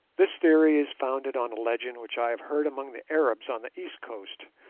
this theory is founded on a legend which i have heard among the arabs on the east coast,